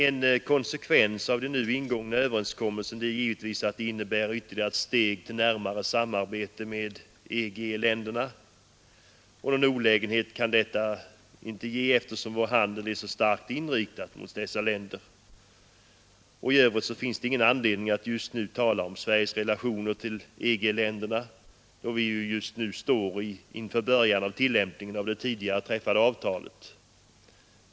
En konsekvens av den nu ingångna överenskommelsen är givetvis att ytterligare ett steg tagits mot närmare samarbete med EG-länderna. Någon olägenhet kan detta inte ge, eftersom vår handel är så starkt inriktad mot dessa länder. I övrigt finns det ingen anledning att just nu tala om Sveriges relationer till EG-länderna, då vi just nu står inför början av tillämpningen av det tidigare träffade avtalet.